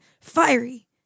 fiery